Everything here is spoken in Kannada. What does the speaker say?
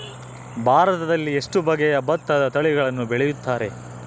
ಭಾರತದಲ್ಲಿ ಎಷ್ಟು ಬಗೆಯ ಭತ್ತದ ತಳಿಗಳನ್ನು ಬೆಳೆಯುತ್ತಾರೆ?